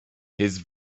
his